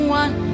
one